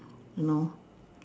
you know